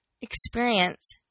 experience